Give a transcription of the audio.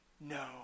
no